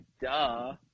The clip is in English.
Duh